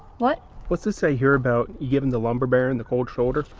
what? what's this i hear about you giving the lumber baron the cold shoulder?